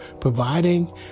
providing